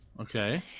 Okay